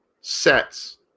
sets